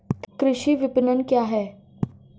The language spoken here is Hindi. कृषि विपणन क्या है?